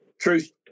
truth